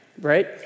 right